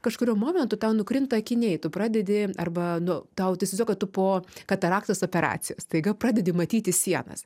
kažkuriuo momentu tau nukrinta akiniai tu pradedi arba nu tau tu įsivaizduok kad tu po kataraktos operacijos staiga pradedi matyti sienas